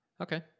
okay